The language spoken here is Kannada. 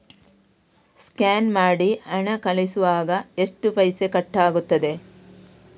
ಸ್ಕ್ಯಾನ್ ಮಾಡಿ ಹಣ ಕಳಿಸುವಾಗ ಎಷ್ಟು ಪೈಸೆ ಕಟ್ಟಾಗ್ತದೆ?